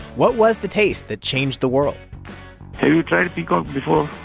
what was the taste that changed the world? have you tried peacock before?